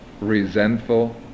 resentful